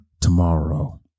tomorrow